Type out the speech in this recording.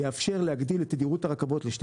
הוא יאפשר להגדיל את תדירות הרכבות לשתי